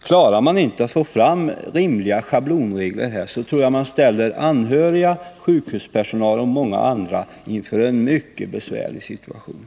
Klarar man inte att få fram rimliga schablonregler på det här området tror jag att man ställer anhöriga, sjukhuspersonal och många andra inför en mycket besvärlig situation.